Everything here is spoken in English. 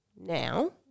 now